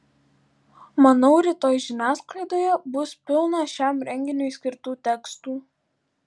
manau rytoj žiniasklaidoje bus pilna šiam renginiui skirtų tekstų